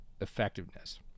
effectiveness